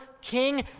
king